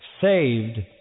saved